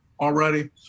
already